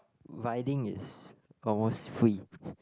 riding is almost free